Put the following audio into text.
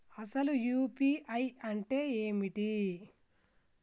అసలు యూ.పీ.ఐ అంటే ఏమిటి?